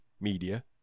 media